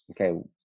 okay